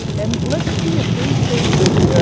and let's see if they think that